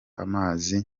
amazi